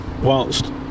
whilst